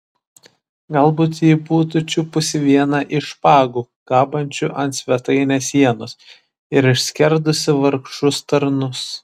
galbūt ji būtų čiupusi vieną iš špagų kabančių ant svetainės sienos ir išskerdusi vargšus tarnus